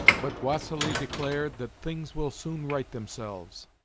but vassili declared that things will soon right themselves,